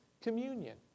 communion